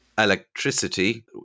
Electricity